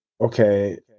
okay